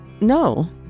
no